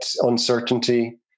uncertainty